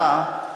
אתה,